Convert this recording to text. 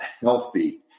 healthy